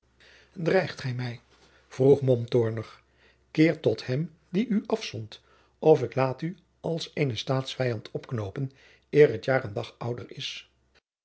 dreigt gij mij vroeg mom toornig keer tot hem die u afzond of ik laat u als eenen staatsvijand opknoopen eer het jaar een dag ouder is